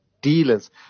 dealers